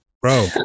bro